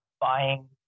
buying